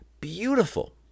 beautiful